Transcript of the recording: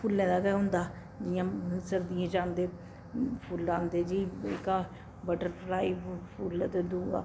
फुल्लें दा गै होंदा जि'यां सर्दियें च औंदे फुल्ल औंदे जी बट्टरफ्लाई फुल्ल ते दूआ